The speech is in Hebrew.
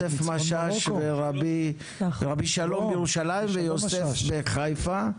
רבי שלום בירושלים ויוסף בחיפה.